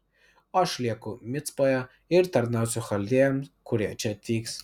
aš lieku micpoje ir tarnausiu chaldėjams kurie čia atvyks